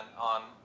on